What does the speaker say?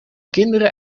kinderen